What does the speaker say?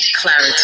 clarity